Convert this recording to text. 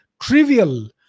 trivial